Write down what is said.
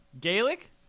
Gaelic